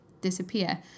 disappear